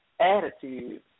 attitude